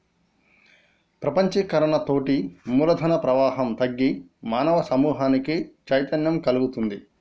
ప్రపంచీకరణతోటి మూలధన ప్రవాహం తగ్గి మానవ సమూహానికి చైతన్యం గల్గుతుంది